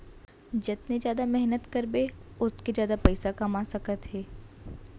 जतने जादा मेहनत करबे ओतके जादा पइसा कमा सकत हे